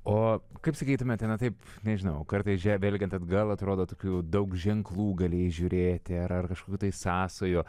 o kaip sakytumėte na taip nežinau o kartais žvelgiant atgal atrodo tokių daug ženklų galėjai įžiūrėti ar ar kažkokių tai sąsajų